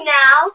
now